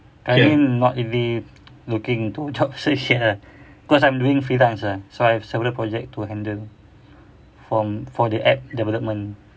I'm not really looking to job search yet ah cause I'm doing freelance ah so I have several project to handle for for the app development